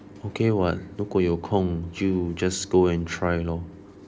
okay [what] 如果有空就 just go and try lor